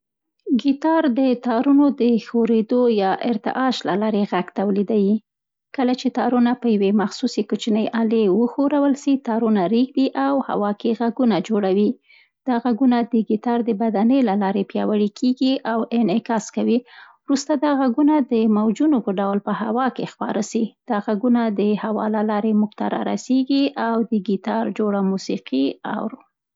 ګیتار د تارونو د ښورېدو یا ارتعاش له لارې غږ تولیدوي. کله چي تارونه په یوې مخصوصې کوچنۍ الې وښورول سي، تارونه رېږدي او هوا کې غږونه جوړوي. دا غږونه د ګیتار د بدنې له لارې پیاوړي کېږي او انعکاس کوي. وروسته دا غږونه د موجونو په ډول په هوا کې خپاره سي. دا غږونه د هوا له لارې موږ ته رارسېږي او له ګیتاره جوړه سوې موسیقي اورو.